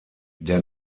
der